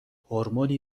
هورمونی